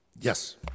Yes